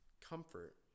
comfort